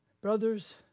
brothers